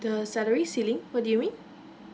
the salary ceiling what do you mean